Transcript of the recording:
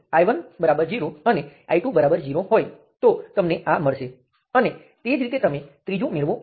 એ તે જ સ્થાન છે જ્યાં હું Vx ને માપું છું તે સમાન શાખા પર છે અથવા કહીએ કે બે સમાન નોડ વચ્ચે છે